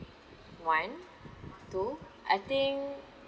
one two I think